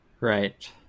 Right